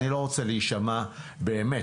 מיצוי סמכויות הפיקוח והאכיפה ושיפור